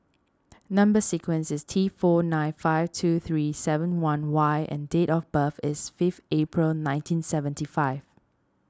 Number Sequence is T four nine five two three seven one Y and date of birth is fifth April nineteen seventy five